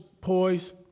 poise